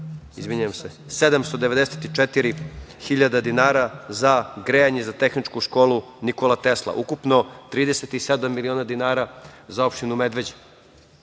obezbedila 794.000 dinara za grejanje za Tehničku školu „Nikola Tesla“. Ukupno 37 miliona dinara za opštinu Medveđa. Recimo,